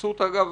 עשו אותה אגב,